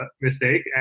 mistake